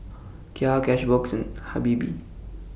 Kia Cashbox and Habibie